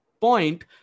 point